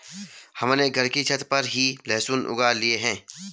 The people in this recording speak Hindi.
हमने घर की छत पर ही लहसुन उगा लिए हैं